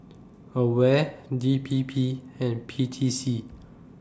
AWARE D P P and P T C